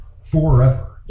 forever